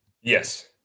Yes